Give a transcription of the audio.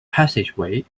passageway